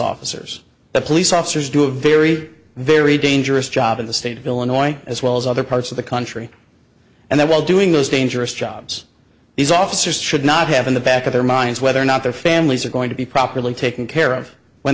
officers the police officers do a very very dangerous job in the state of illinois as well as other parts of the country and that while doing those dangerous jobs these officers should not have in the back of their minds whether or not their families are going to be properly taken care of when